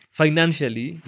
financially